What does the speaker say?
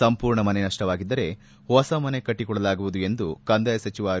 ಸಂಪೂರ್ಣ ಮನೆ ನಪ್ಪವಾಗಿದ್ದರೆ ಹೊಸ ಮನೆ ಕಟ್ಟಕೊಡಲಾಗುವುದು ಎಂದು ಕಂದಾಯ ಸಚಿವ ಆರ್